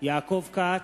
יעקב כץ,